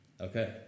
Okay